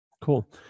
Cool